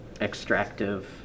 extractive